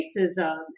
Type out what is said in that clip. racism